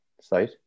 site